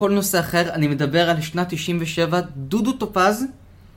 כל נושא אחר, אני מדבר על שנה 97, דודו טופז